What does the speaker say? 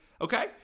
Okay